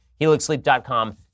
HelixSleep.com